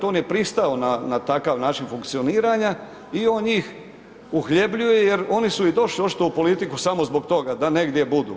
On je pristao na takav način funkcioniranja i on njih uhljebljuje jer oni su i došli očito u politiku samo zbog toga da negdje budu.